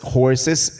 horses